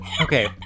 Okay